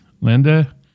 linda